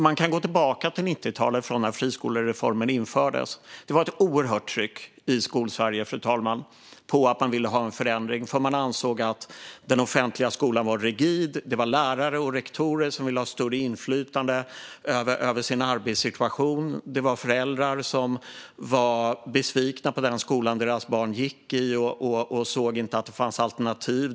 Man kan gå tillbaka till 1990-talet, då friskolereformen infördes. Det var ett oerhört tryck i Skolsverige för att få en förändring. Man ansåg att den offentliga skolan var rigid. Lärare och rektorer ville ha större inflytande över sin arbetssituation. Föräldrar var besvikna på den skola där deras barn gick och såg inga alternativ.